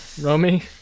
Romy